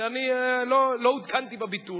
ואני לא עודכנתי בביטול.